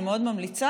אני מאוד ממליצה.